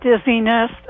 dizziness